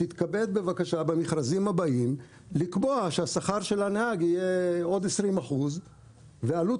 תתכבד בבקשה במכרזים הבאים לקבוע שהשכר של הנהג יהיה גבוה ב-20% ועלות